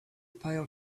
pail